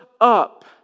up